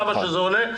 כמה שזה עולה.